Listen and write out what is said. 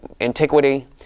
antiquity